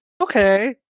Okay